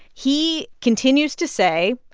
he continues to say,